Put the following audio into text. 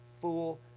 fool